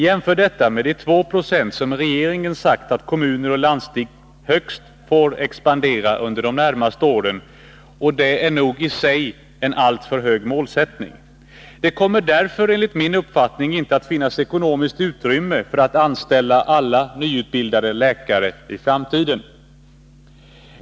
Jämför detta med de 2 46 som regeringen sagt att kommuner och landsting högst får expandera under de närmaste åren, vilket nog är en i sig alltför hög målsättning. Det kommer enligt min uppfattning därför inte att finnas ekonomiskt utrymme för att anställa alla nyutbildade läkare i framtiden.